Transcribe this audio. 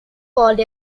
called